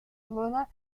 moda